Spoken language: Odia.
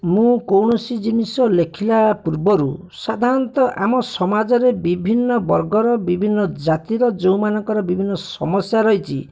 ମୁଁ କୌଣସି ଜିନିଷ ଲେଖିଲା ପୂର୍ବରୁ ସାଧାରଣତଃ ଆମ ସମାଜରେ ବିଭିନ୍ନ ବର୍ଗର ବିଭିନ୍ନ ଜାତିର ଯେଉଁ ମାନଙ୍କର ବିଭିନ୍ନ ସମସ୍ୟା ରହିଛି